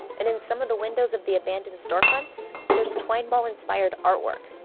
and in some of the windows of the abandoned storefronts, there's twine ball-inspired artwork,